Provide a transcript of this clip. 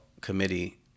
Committee